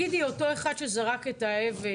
אותו אחד שזרק את האבן,